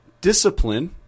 discipline